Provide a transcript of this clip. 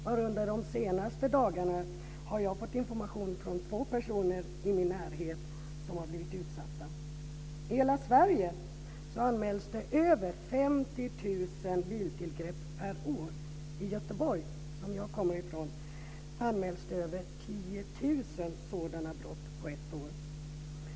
Bara under de senaste dagarna har jag fått information från två personer i min närhet som har blivit utsatta. I hela Sverige anmäls det över 50 000 biltillgrepp per år. I Göteborg, som jag kommer ifrån, anmäls det över 10 000 sådana brott på ett år.